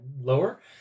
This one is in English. lower